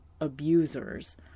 abusers